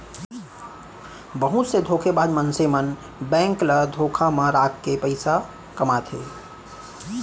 बहुत से धोखेबाज मनसे मन बेंक ल धोखा म राखके पइसा कमाथे